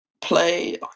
play